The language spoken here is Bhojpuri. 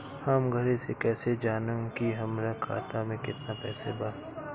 हम घरे से कैसे जानम की हमरा खाता मे केतना पैसा बा?